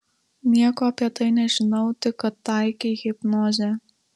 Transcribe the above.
nieko apie tai nežinau tik kad taikei hipnozę